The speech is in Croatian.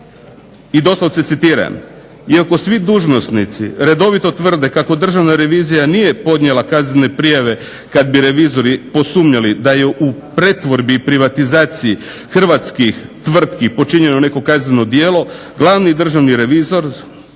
i doslovce citiram: "Iako svi dužnosnici redovito tvrde kako državna revizija nije podnijela kaznene prijave kada bi revizori posumnjali da je u pretvorbi i privatizaciji hrvatskih tvrtki počinjeno neko kazneno djelo. Glavni državni revizor